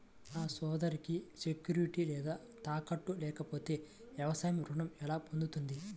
నా సోదరికి సెక్యూరిటీ లేదా తాకట్టు లేకపోతే వ్యవసాయ రుణం ఎలా పొందుతుంది?